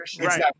right